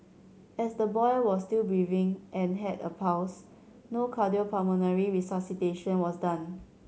as the boy was still breathing and had a pulse no cardiopulmonary resuscitation was done